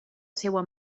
seua